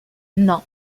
non